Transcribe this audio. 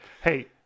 Hey